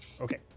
Okay